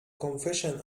confession